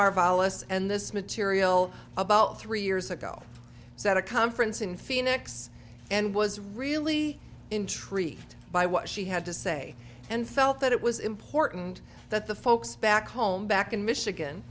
marvellous and this material about three years ago so at a conference in phoenix and was really intrigued by what she had to say and felt that it was important that the folks back home back in michigan